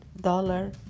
dollar